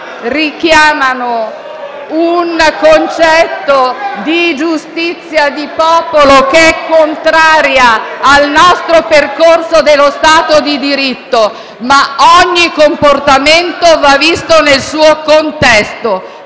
infatti, un concetto di giustizia di popolo che è contrario al nostro percorso di Stato di diritto. Ogni comportamento va visto nel suo contesto.